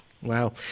Wow